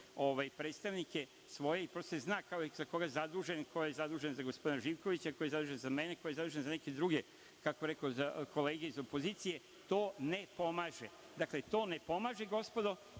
predstavnike svoje, prosto se zna ko je za koga zadužen, ko je zadužen za gospodina Živkovića, ko je zadužen za mene, ko je zadužen za neke druge kolege iz opozicije, to ne pomaže. Dakle, to ne pomaže gospodo,